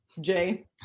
Jay